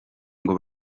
ngo